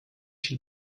she